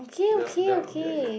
then I then I'll be like that